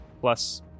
plus